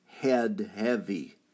head-heavy